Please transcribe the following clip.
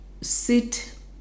sit